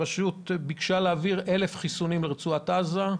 הרשות ביקשה להעביר 1,000 חיסונים לרצועת עזה?